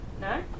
No